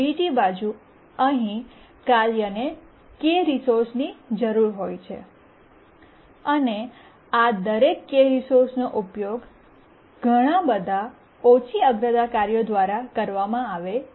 બીજી બાજુ અહીં કાર્યને k રિસોર્સની જરૂર હોય છે અને આ દરેક k રિસોર્સનો ઉપયોગ ઘણી બધી ઓછી અગ્રતા કાર્યો દ્વારા કરવામાં આવે છે